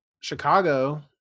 Chicago